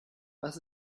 was